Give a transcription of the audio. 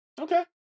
Okay